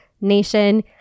nation